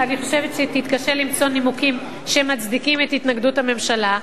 חושבת שתתקשה למצוא נימוקים שמצדיקים את התנגדות הממשלה,